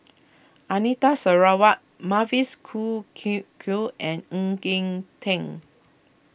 Anita Sarawak Mavis Khoo Q and Ng Eng Teng